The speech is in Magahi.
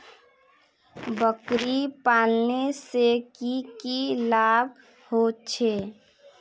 बकरी पालने से की की लाभ होचे?